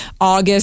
August